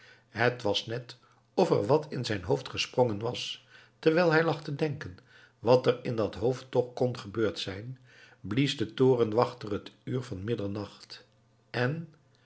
het was net of er wat in zijn hoofd gesprongen was terwijl hij lag te denken wat er in dat hoofd toch kon gebeurd zijn blies de torenwachter het uur van middernacht en